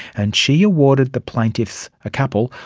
and she awarded the plaintiffs, a couple,